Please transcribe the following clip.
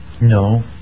no